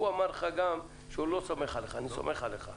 הוא אמר לך גם שהוא לא סומך עליך, אני סומך עליך.